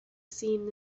seen